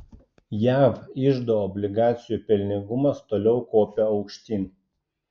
jav iždo obligacijų pelningumas toliau kopia aukštyn